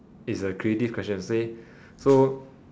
it's a creative question say so